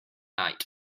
night